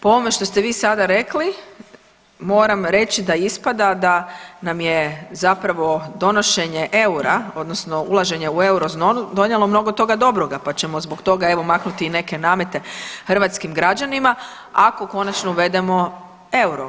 Po ovome što ste vi sada rekli moram reći da ispada da nam je zapravo donošenje eura odnosno ulaženje u eurozonu donijelo mnogo toga dobroga pa ćemo zbog toga evo maknuti i neke namete hrvatskim građanima ako konačno uvedemo euro.